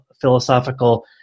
philosophical